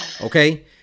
okay